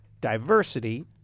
diversity